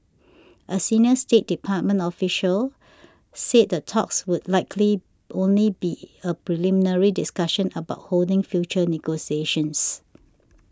a senior State Department official said the talks would likely only be a preliminary discussion about holding future negotiations